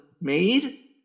made